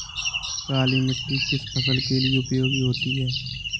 काली मिट्टी किस फसल के लिए उपयोगी होती है?